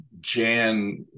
Jan